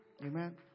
Amen